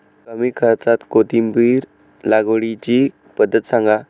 कमी खर्च्यात कोथिंबिर लागवडीची पद्धत सांगा